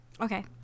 Okay